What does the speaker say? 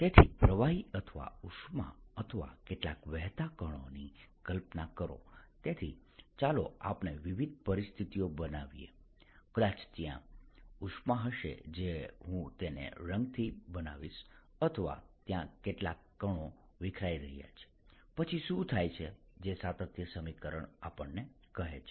તેથી પ્રવાહી અથવા ઉષ્મા અથવા કેટલાક વહેતા કણોની કલ્પના કરો તેથી ચાલો આપણે વિવિધ પરિસ્થિતિઓ બનાવીએ કદાચ ત્યાં ઉષ્મા હશે જે હું તેને રંગથી બનાવીશ અથવા ત્યાં કેટલાક કણો વિખેરાઇ રહ્યા છે પછી શું થાય છે જે સાતત્ય સમીકરણ આપણને કહે છે